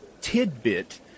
tidbit